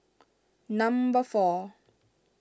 number four